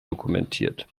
dokumentiert